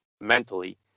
mentally